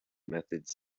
methods